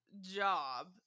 job